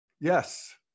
Yes